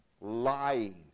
lying